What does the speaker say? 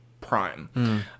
prime